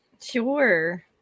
Sure